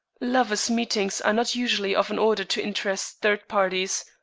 lovers' meetings are not usually of an order to interest third parties.